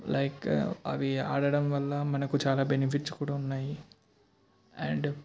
like అవి ఆడడం వల్ల మనకు చాలా బెనిఫిట్స్ కూడా ఉన్నాయి అండ్